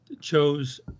chose